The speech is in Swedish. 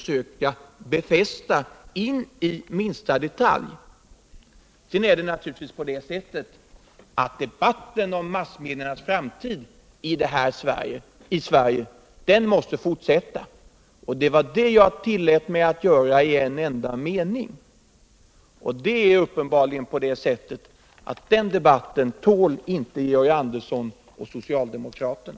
Sedan är det naturligtvis på der sättet att debatten om massmediernas framtid i Sverige måste vi fortsätta — det var detta jag ullät mig att göra i en enda mening. Men den debatten tål uppenbarligen inte Georg Andersson och socialdemokraterna.